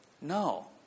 No